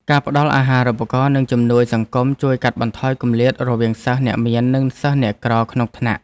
ការផ្តល់អាហារូបករណ៍និងជំនួយសង្គមជួយកាត់បន្ថយគម្លាតរវាងសិស្សអ្នកមាននិងសិស្សអ្នកក្រក្នុងថ្នាក់។